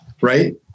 right